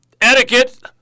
etiquette